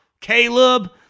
Caleb